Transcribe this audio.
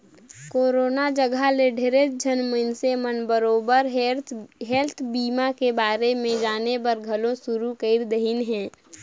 corona जघा ले ढेरेच झन मइनसे मन बरोबर हेल्थ बीमा के बारे मे जानेबर घलो शुरू कर देहिन हें